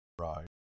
Right